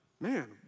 man